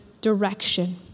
direction